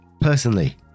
Personally